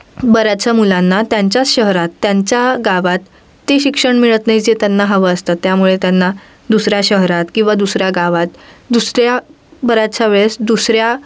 बऱ्याचशा मुलांना त्यांच्या शहरात त्यांच्या गावात ते शिक्षण मिळत नाही जे त्यांना हवं असतं त्यामुळे त्यांना दुसऱ्या शहरात किंवा दुसऱ्या गावात दुसऱ्या बऱ्याचशा वेळेस दुसऱ्या